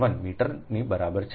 611 મીટરની બરાબર છે